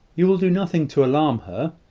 you will do nothing to alarm her.